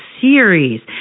series